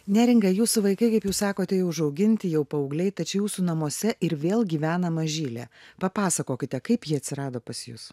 neringa jūsų vaikai kaip jūs sakote jau užauginti jau paaugliai tačiau jūsų namuose ir vėl gyvena mažylė papasakokite kaip ji atsirado pas jus